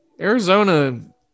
Arizona